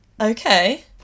Okay